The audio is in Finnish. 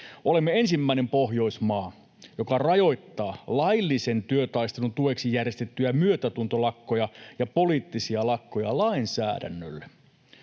Olemme ensimmäinen Pohjoismaa, joka rajoittaa laillisen työtaistelun tueksi järjestettyjä myötätuntolakkoja ja poliittisia lakkoja lainsäädännöllä.